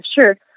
sure